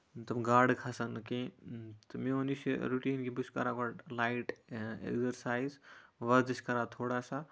تِم گاڈٕ کھسن نہٕ کیٚنہہ تہٕ میون یُس یہِ رُٹیٖن بہٕ چھُس کران گۄڈٕ لایِٹ اٮ۪گزَرسایز ورزِش کران تھوڑا سا